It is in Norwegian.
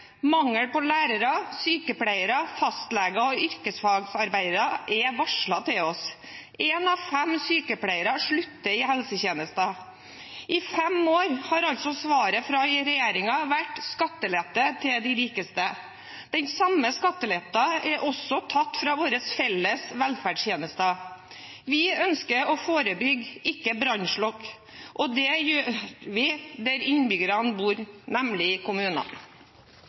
mangel på lærere, sykepleiere, fastleger og yrkesfagarbeidere. En av fem sykepleiere slutter i helsetjenesten. I fem år har svaret fra regjeringen vært skattelette til de rikeste. Den samme skatteletten er også tatt fra våre felles velferdstjenester. Vi ønsker å forebygge, ikke brannslukke, og det gjør vi der innbyggerne bor, nemlig i kommunene.